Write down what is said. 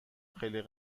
خیلی